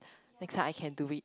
next time I can do it